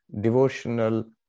devotional